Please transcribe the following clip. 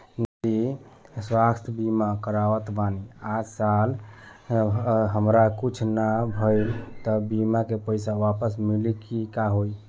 जदि स्वास्थ्य बीमा करावत बानी आ साल भर हमरा कुछ ना भइल त बीमा के पईसा वापस मिली की का होई?